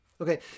Okay